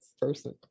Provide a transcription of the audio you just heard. person